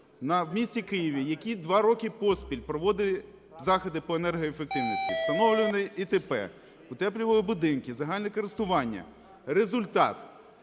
в місті Києві, який два роки поспіль проводить заходи по енергоефективності: встановлювали ІТП, утеплювали будинки загального користування. Результат: